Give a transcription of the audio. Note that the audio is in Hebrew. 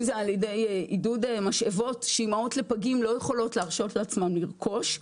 אם זה על ידי עידוד משאבות שאימהות לפגים לא יכולות לאפשר לעצמן לרכוש,